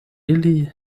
ili